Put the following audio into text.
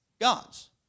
God's